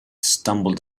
stumbled